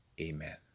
Amen